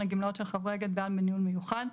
הגמלאות של חברי "אגד" בע"מ (בניהול במיוחד),